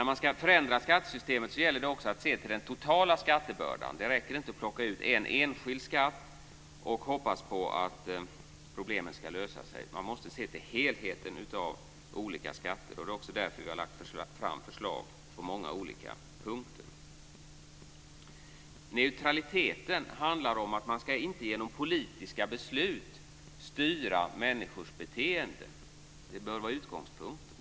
Om man ska förändra skattesystemet gäller det också att se till den totala skattebördan. Det räcker inte att plocka ut en enskild skatt och hoppas på att problemen ska lösa sig. Man måste se till helheten av olika skatter. Det är också därför vi har lagt fram förslag på många olika punkter. Neutraliteten handlar om att man inte ska styra människors beteenden genom politiska beslut. Det bör vara utgångspunkten.